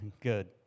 good